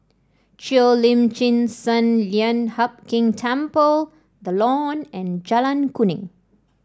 Cheo Lim Chin Sun Lian Hup Keng Temple The Lawn and Jalan Kuning